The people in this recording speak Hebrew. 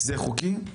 זה חוקי?